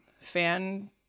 fan